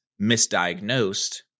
misdiagnosed